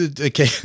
okay